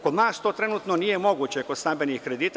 Kod nas to trenutno nije moguće, kod stambenih kredita.